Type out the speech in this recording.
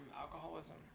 alcoholism